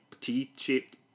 T-shaped